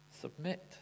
Submit